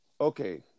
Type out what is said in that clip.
Okay